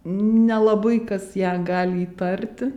nelabai kas ją gali įtarti